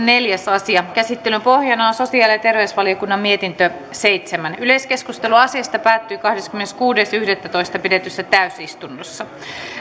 neljäs asia käsittelyn pohjana on sosiaali ja terveysvaliokunnan mietintö seitsemän yleiskeskustelu asiasta päättyi kahdeskymmeneskuudes yhdettätoista kaksituhattaviisitoista pidetyssä täysistunnossa